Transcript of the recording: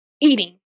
eating